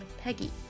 Peggy